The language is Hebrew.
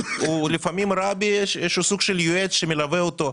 לפעמים הוא ראה בי איזה סוג של יועץ שמלווה אותו,